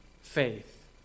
faith